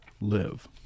live